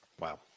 Wow